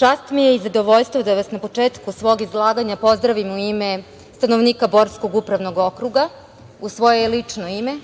čast mi je i zadovoljstvo da vas na početku svog izlaganja pozdravim u ime stanovnika Borskog upravnog okruga, u svoje lično ime